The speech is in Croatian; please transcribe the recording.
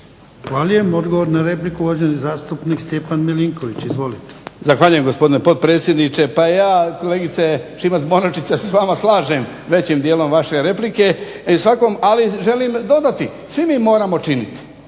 Zahvaljujem. Odgovor na repliku, uvaženi zastupnik Stjepan Milinković. Izvolite. **Milinković, Stjepan (HDZ)** Zahvaljujem, gospodine potpredsjedniče. Pa ja kolegice Šimac-Bonačić se s vama slažem većim dijelom vaše replike, ali želim dodati svi mi moramo činiti,